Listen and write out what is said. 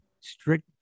strict